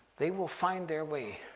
they will find their way